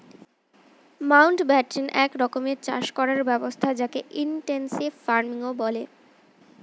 Mountbatten এক রকমের চাষ করার ব্যবস্থা যকে ইনটেনসিভ ফার্মিংও বলে